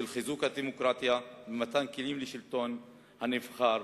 של חיזוק הדמוקרטיה ומתן כלים לשלטון הנבחר